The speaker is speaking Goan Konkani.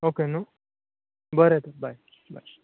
ओके नू बरें तर बाय बाय